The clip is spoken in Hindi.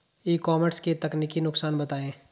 ई कॉमर्स के तकनीकी नुकसान बताएं?